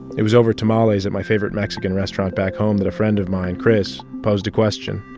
it was over tamales at my favorite mexican restaurant back home that a friend of mine, chris, posed a question.